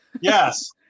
Yes